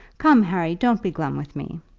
come, harry, don't be glum with me.